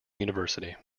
university